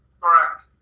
Correct